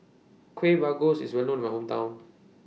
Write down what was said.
Kueh Bugis IS Well known in My Hometown